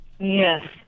yes